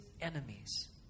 enemies